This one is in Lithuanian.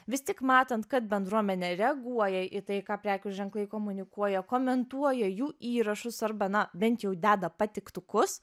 vis tik matant kad bendruomenė reaguoja į tai ką prekių ženklai komunikuoja komentuoja jų įrašus arba na bent jau deda patiktukus